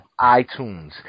iTunes